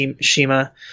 Shima